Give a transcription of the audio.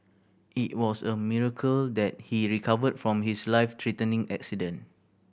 it was a miracle that he recovered from his life threatening accident